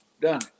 done